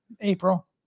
April